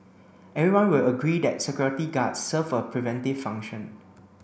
everyone will agree that security guards serve a preventive function